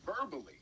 verbally